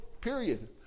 period